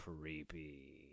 creepy